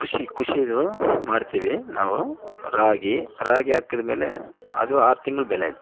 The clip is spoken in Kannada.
ಕೃಷಿ ಕೃಷಿ ಇದು ಮಾಡ್ತೀವಿ ನಾವು ರಾಗಿ ರಾಗಿ ಹಾಕಿದ ಮೇಲೆ ಅದು ಆರು ತಿಂಗಳ ಬೆಳೆ